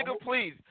please